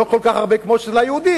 לא כל כך הרבה כמו אצל היהודים,